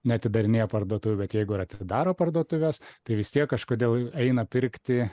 neatidarinėja parduotuvių bet jeigu ir atidaro parduotuves tai vis tiek kažkodėl eina pirkti